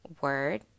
word